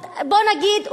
בוא נגיד,